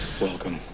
Welcome